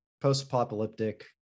post-apocalyptic